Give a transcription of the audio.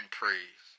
praise